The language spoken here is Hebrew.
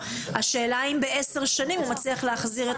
השאלה היא אם ב-10 שנים הוא מצליח להחזיר את